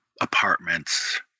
apartments